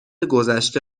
گذشته